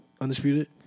Undisputed